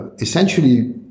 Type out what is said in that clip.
essentially